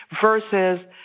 versus